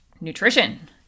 nutrition